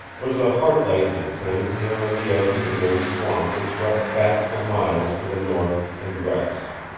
was a heart-lightening thing there on the edge of the great swamp that swept back for miles to the north and west.